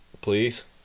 Please